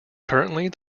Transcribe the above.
currently